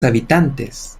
habitantes